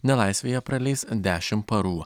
nelaisvėje praleis dešimt parų